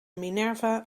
minerva